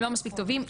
הם לא מספיק טובים,